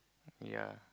ya